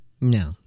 No